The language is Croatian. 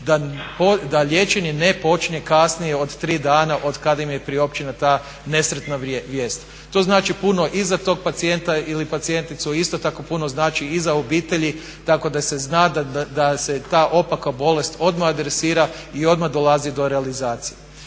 da liječenje ne počinje kasnije od 3 dana od kada im je priopćena ta nesretna vijest. To znači puno i za tog pacijenta ili pacijenticu, isto tako puno znači i za obitelji, tako da se zna da se ta opaka bolest odmah adresira i odmah dolazi do realizacije.